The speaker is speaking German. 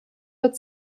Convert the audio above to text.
wird